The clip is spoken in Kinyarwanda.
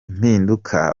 impinduka